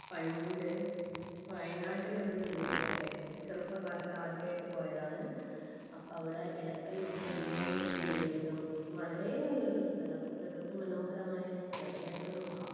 പണ്ട് വയനാട്ടിലൊരു ടൂറ് പോയായിരുന്നു ചെറുപ്പകാലത്ത് ആദ്യമായിട്ട് പോയതാണ് അപ്പം അവിടെ ഇടക്കൽ ഗുഹയിലേക്ക് കയറിയതും വളരെ നല്ലൊരു സ്ഥലം പ്രകൃതി മനോഹരമായ സ്ഥലം എടക്കൽ ഗുഹ